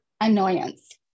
annoyance